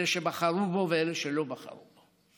אלה שבחרו בו ואלה שלא בחרו בו.